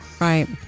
Right